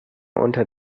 unter